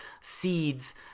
seeds